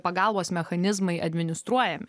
pagalbos mechanizmai administruojami